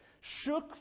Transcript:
shook